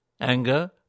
anger